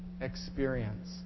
experience